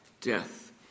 death